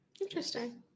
interesting